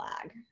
flag